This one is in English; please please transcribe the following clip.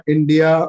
India